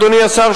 אדוני השר,